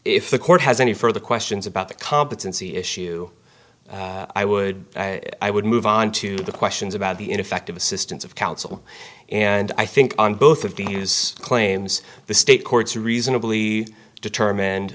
if the court has any further questions about the competency issue i would i would move on to the questions about the ineffective assistance of counsel and i think on both of the news claims the state courts reasonably determined